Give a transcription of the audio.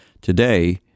Today